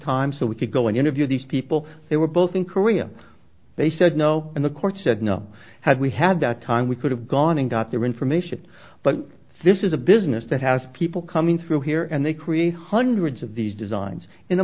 time so we could go and interview these people they were both in korea they said no and the court said no had we had time we could have gone and got their information but this is a business that has people coming through here and they create hundreds of these designs in a